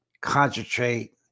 concentrate